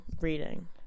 reading